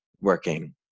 working